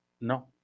no